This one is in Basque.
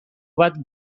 bat